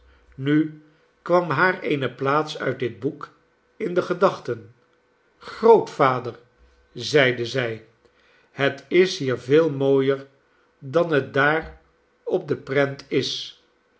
nu kwam haar eene plaats uit dit boek in de gedachten grootvader zeide zij het is hier veel mooier dan het daar op de prent is